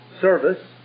service